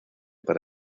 para